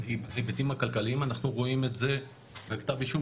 ההיבטים הכלכליים אנחנו רואים את זה בכתב אישום